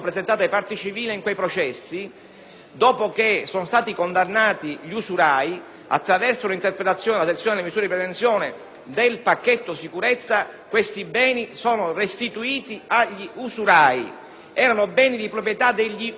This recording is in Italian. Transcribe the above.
dopo che sono stati condannati gli usurai, attraverso l'interpretazione della sezione misure di prevenzione del cosiddetto pacchetto sicurezza, questi beni vengano restituiti agli usurai. Erano beni di proprietà degli usurati, che gli usurati avevano in custodia!